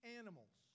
animals